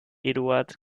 eduard